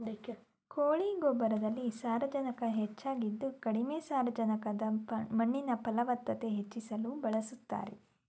ಕೋಳಿ ಗೊಬ್ಬರದಲ್ಲಿ ಸಾರಜನಕ ಹೆಚ್ಚಾಗಿದ್ದು ಕಡಿಮೆ ಸಾರಜನಕದ ಮಣ್ಣಿನ ಫಲವತ್ತತೆ ಹೆಚ್ಚಿಸಲು ಬಳಸ್ತಾರೆ